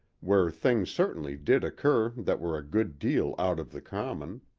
where things certainly did occur that were a good deal out of the common.